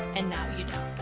and, now you know.